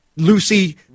Lucy